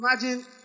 Imagine